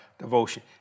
devotion